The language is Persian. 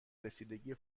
رسیدگی